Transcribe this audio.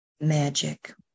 magic